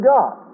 God